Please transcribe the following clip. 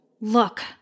Look